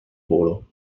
volo